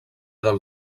del